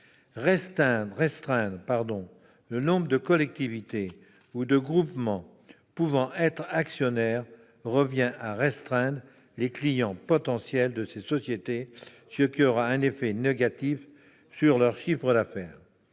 Restreindre le nombre de collectivités ou de groupements pouvant être actionnaires revient à restreindre les « clients » potentiels de ces sociétés, ce qui aura un effet négatif sur leur chiffre d'affaires.